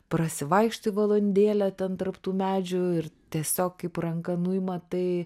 prasivaikštai valandėlę ten tarp tų medžių ir tiesiog kaip ranka nuima tai